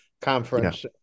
conference